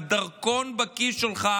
כי דרכון בכיס שלך,